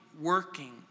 working